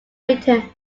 written